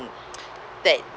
that